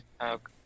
Okay